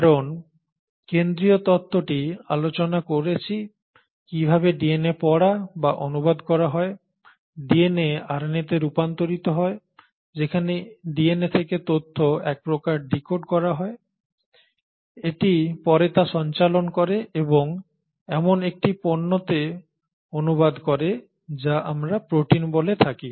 আমরা কেন্দ্রীয় তত্ত্বটি আলোচনা করেছি কিভাবে ডিএনএ পড়া এবং অনুবাদ করা হয় ডিএনএ আরএনএতে রূপান্তরিত হয় যেখানে ডিএনএ থেকে তথ্য এক প্রকার ডিকোড করা হয় এটি পরে তা সঞ্চালন করে এবং এমন একটি পণ্যতে অনুবাদ করে যা আমরা প্রোটিন বলে থাকি